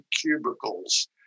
cubicles